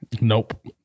nope